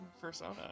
persona